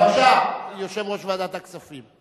כי, בבקשה, יושב-ראש ועדת הכספים.